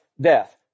death